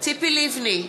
ציפי לבני,